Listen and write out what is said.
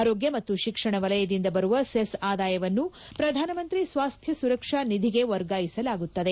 ಆರೋಗ್ಯ ಮತ್ತು ಶಿಕ್ಷಣ ವಲಯದಿಂದ ಬರುವ ಸೆಸ್ ಆದಾಯವನ್ನು ಪ್ರಧಾನಮಂತ್ರಿ ಸ್ವಾಸ್ತ್ಯ ಸುರಕ್ಷ ನಿಧಿಗೆ ವರ್ಗಾಯಿಸಲಾಗುತ್ತದೆ